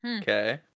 Okay